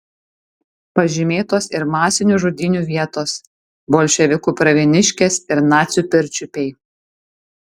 pažymėtos ir masinių žudynių vietos bolševikų pravieniškės ir nacių pirčiupiai